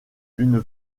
une